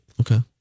Okay